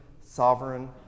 sovereign